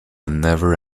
never